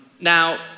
Now